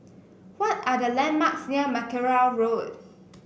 what are the landmarks near Mackerrow Road